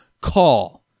Call